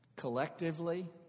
Collectively